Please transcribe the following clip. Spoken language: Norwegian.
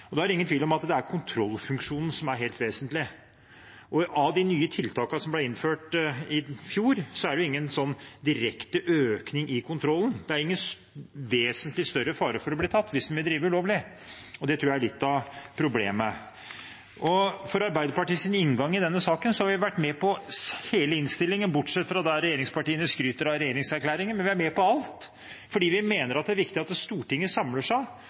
hovedproblemet. Da er det ingen tvil om at det er kontrollfunksjonen som er helt vesentlig. Blant de nye tiltakene som ble innført i fjor, er det ingen direkte økning i kontrollen, det er ingen vesentlig større fare for å bli tatt hvis en vil drive ulovlig. Det tror jeg er litt av problemet. Til Arbeiderpartiets inngang i denne saken: Vi har vært med på hele innstillingen bortsett fra der regjeringspartiene skryter av regjeringserklæringen. Vi er med på alt fordi vi mener at det er viktig at Stortinget samler seg